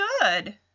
good